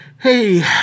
Hey